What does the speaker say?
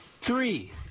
Three